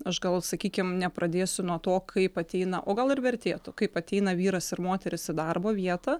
aš gal sakykim nepradėsiu nuo to kaip ateina o gal ir vertėtų kaip ateina vyras ir moteris į darbo vietą